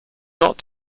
not